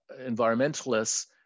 environmentalists